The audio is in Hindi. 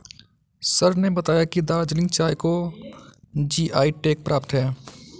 सर ने बताया कि दार्जिलिंग चाय को जी.आई टैग प्राप्त है